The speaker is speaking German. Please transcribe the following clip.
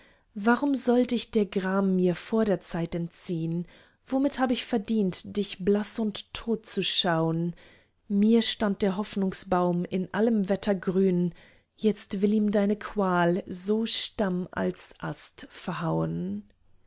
warum soll dich der gram mir vor der zeit entziehn womit hab ich verdient dich blaß und tot zu schauen mir stand der hoffnungsbaum in allem wetter grün jetzt will ihm deine qual so stamm als ast verhauen